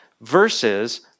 versus